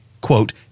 quote